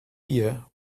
beer